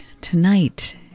Tonight